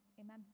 Amen